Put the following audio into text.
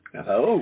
Hello